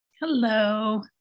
Hello